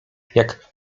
jak